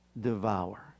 devour